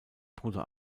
bruder